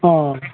अँ